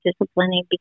disciplining